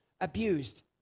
Abused